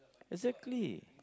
exactly